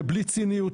ובלי ציניות,